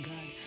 God